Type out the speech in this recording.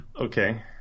Okay